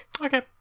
Okay